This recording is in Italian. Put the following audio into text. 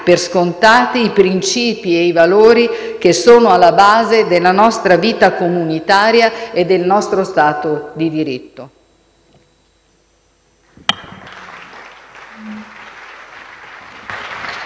per scontati i principi e i valori che sono alla base della nostra vita comunitaria e del nostro Stato di diritto.